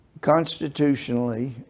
constitutionally